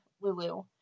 Lulu